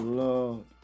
lord